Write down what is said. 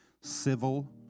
civil